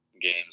games